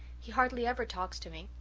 he hardly ever talks to me.